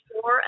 four